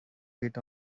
get